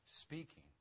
speaking